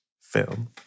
film